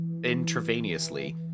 intravenously